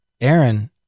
Aaron